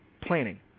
planning